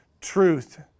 truth